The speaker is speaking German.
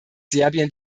serbien